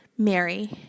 Mary